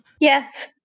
Yes